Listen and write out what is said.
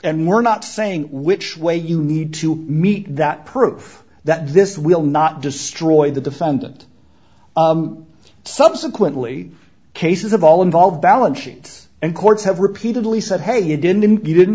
and we're not saying which way you need to meet that proof that this will not destroy the defendant subsequently cases of all involve balance sheet and courts have repeatedly said hey you didn't you didn't